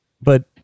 but-